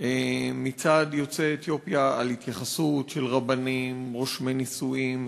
מצד יוצאי אתיופיה על התייחסות של רבנים רושמי נישואין,